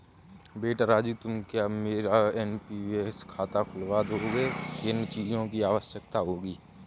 बेटा राजू क्या तुम मेरा एन.पी.एस खाता खुलवा दोगे, किन चीजों की आवश्यकता होगी?